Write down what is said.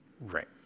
Right